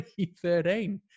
2013